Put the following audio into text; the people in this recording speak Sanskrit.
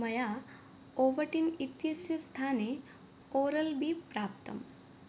मया ओवटिन् इत्यस्य स्थाने ओरल् बी प्राप्तम्